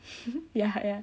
ya ya